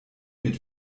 mit